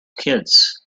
kids